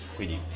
Quindi